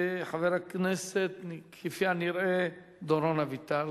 מי הבא בתור?